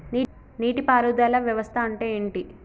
నీటి పారుదల వ్యవస్థ అంటే ఏంటి?